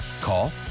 Call